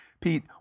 Pete